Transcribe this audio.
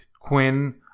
Quinn